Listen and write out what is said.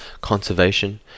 conservation